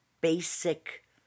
basic